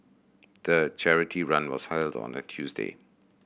the charity run was held on a Tuesday